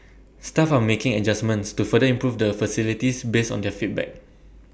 staff are making adjustments to further improve the facilities based on their feedback